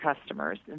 customers